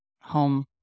home